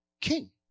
king